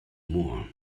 more